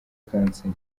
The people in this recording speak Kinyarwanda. cancer